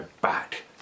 back